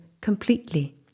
completely